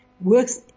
works